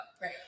Right